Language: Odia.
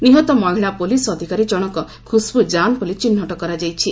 ନିହତ ମହିଳା ପୋଲିସ ଅଧିକାରୀ ଜଣକ ଖୁସ୍ବୁ ଜାନ ବୋଲି ଚିହ୍ନଟ କରାଯାଇଛି